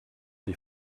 des